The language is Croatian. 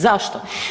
Zašto?